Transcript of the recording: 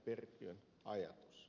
perkiön ajatus